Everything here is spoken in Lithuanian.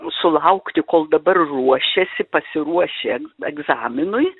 sulaukti kol dabar ruošiasi pasiruošia egzaminui